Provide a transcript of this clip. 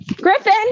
Griffin